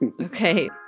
Okay